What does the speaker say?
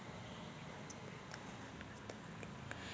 पीक विम्याचा फायदा लहान कास्तकाराइले होईन का?